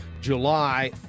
July